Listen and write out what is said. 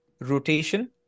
rotation